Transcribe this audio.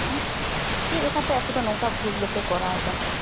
ᱟᱨ ᱪᱮᱫᱞᱮᱠᱟᱛᱮ ᱟᱯᱮ ᱫᱚ ᱱᱚᱝᱠᱟ ᱫᱚ ᱵᱷᱩᱞ ᱫᱚᱯᱮ ᱠᱚᱨᱟᱣ ᱫᱟ